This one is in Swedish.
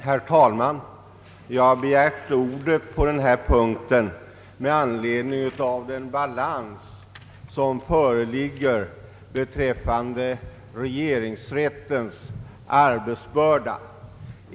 Herr talman! Jag har begärt ordet vid denna punkt med anledning av den balans som föreligger i regeringsrättens arbetsbörda.